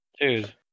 dude